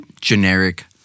generic